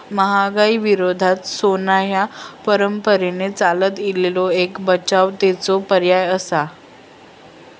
महागाई विरोधात सोना ह्या परंपरेन चालत इलेलो एक बचावाचो पर्याय आसा